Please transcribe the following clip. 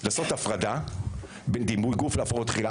אני מציע לעשות הפרדה בין דימוי גוף להפרעות אכילה.